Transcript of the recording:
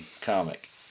comic